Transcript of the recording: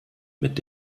mit